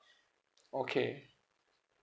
okay